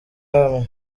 hamwe